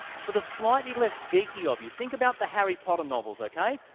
for the slightly less geeky of you, think about the harry potter novels, okay?